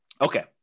Okay